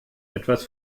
etwas